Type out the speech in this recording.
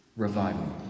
Revival